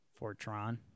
Fortron